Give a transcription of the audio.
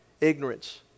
ignorance